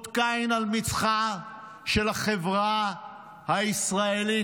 אות קין על מצחה של החברה הישראלית,